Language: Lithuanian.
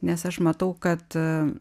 nes aš matau kad